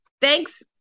Thanks